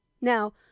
Now